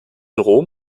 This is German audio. rom